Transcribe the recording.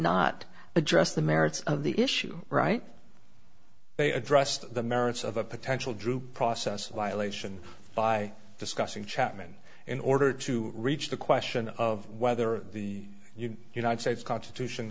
not address the merits of the issue right they addressed the merits of a potential drewe process lie lation by discussing chapman in order to reach the question of whether the united states constitution